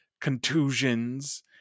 contusions